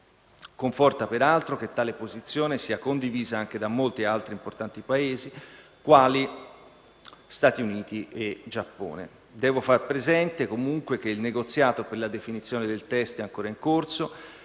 Conforta peraltro che tale posizione sia condivisa anche da molti altri importanti paesi quali Stati Uniti e Giappone. Devo far presente, comunque, che il negoziato per la definizione del testo è ancora in corso